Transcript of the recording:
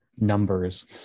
numbers